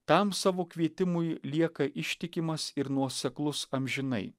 tam savo kvietimui lieka ištikimas ir nuoseklus amžinai